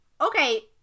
Okay